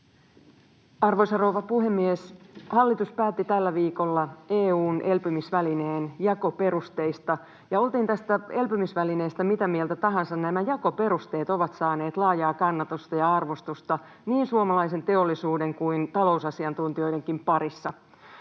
Arvoisa rouva puhemies! Hallitus päätti tällä viikolla EU:n elpymisvälineen jakoperusteista, ja oltiin tästä elpymisvälineestä mitä mieltä tahansa, nämä jakoperusteet ovat saaneet laajaa kannatusta ja arvostusta niin suomalaisen teollisuuden kuin talousasiantuntijoidenkin parissa.